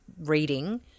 reading